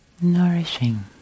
Nourishing